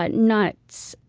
but nuts,